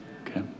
okay